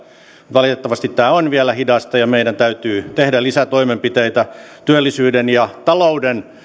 valitettavasti tämä on vielä hidasta ja meidän täytyy tehdä lisätoimenpiteitä työllisyyden ja talouden